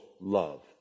love